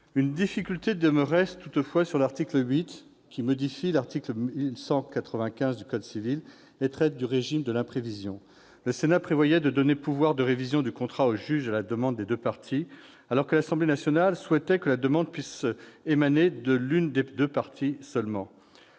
Une difficulté demeurait toutefois sur l'article 8, qui modifie l'article 1195 du code civil et traite du régime de l'imprévision. Le Sénat prévoyait de donner pouvoir de révision du contrat au juge à la demande des deux parties, alors que l'Assemblée nationale souhaitait que la demande puisse émaner de l'une des deux parties seulement.